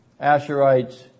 Asherites